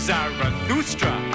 Zarathustra